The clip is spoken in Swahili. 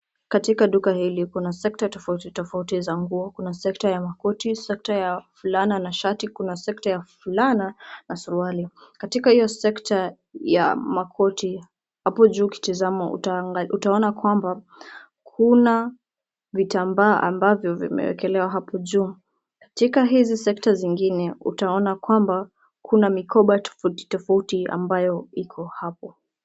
Katika duka hili, kuna sekta tofauti tofauti za nguo. Kuna sekta ya makoti, sekta ya fulana na shati, kuna sekta ya fulana na suruali. Katika iyo sekta ya makoti, hapo juu ukitizama, utaona kwamba kuna vitambaa ambavyo vimewekelewa hapo juu. Katika hizi sekta zingine, utaona kwamba kuna mikoba tafauti ambayo iko hapo.